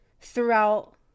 throughout